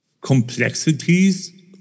complexities